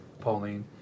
Pauline